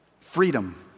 Freedom